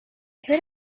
heard